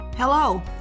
Hello